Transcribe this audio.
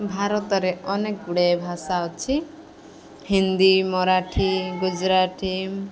ଭାରତରେ ଅନେକ ଗୁଡ଼ିଏ ଭାଷା ଅଛି ହିନ୍ଦୀ ମରାଠୀ ଗୁଜୁରାଟୀ